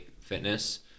fitness